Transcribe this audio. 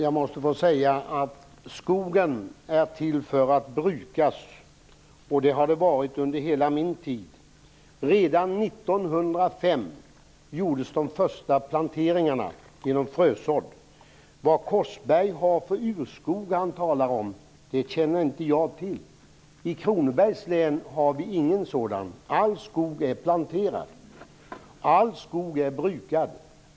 Herr talman! Skogen är till för att brukas, och så har det varit under hela min tid. Redan 1905 gjordes de första planteringarna genom frösådd. Vad Ronny Korsberg talar om för urskog känner jag inte till. I Kronobergs län har vi ingen sådan. All skog är planterad. All skog är brukad.